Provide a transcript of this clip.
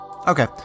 Okay